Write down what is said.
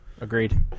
Agreed